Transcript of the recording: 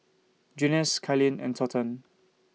Junious Cailyn and Thornton